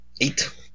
Eight